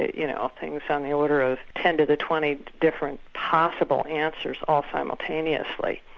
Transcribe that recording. you know, things on the order of ten to the twenty different possible answers all simultaneously.